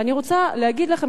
ואני רוצה להגיד לכם,